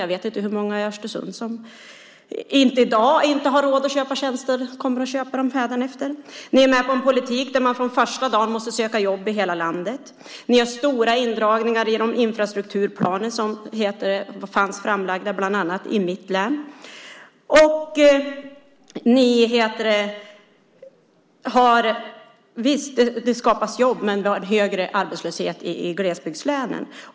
Jag vet inte hur många i Östersund som i dag inte har råd att köpa tjänster som kommer att köpa dem hädanefter. Ni är med på en politik som innebär att man från första dagen som arbetslös måste söka jobb i hela landet. Ni gör stora indragningar i de infrastrukturplaner som var framlagda, bland annat i mitt hemlän. Visst, det skapas jobb, men arbetslösheten har blivit högre i glesbygdslänen.